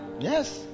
Yes